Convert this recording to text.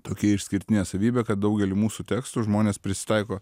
tokia išskirtinė savybė kad daugelį mūsų tekstų žmonės prisitaiko